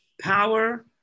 Power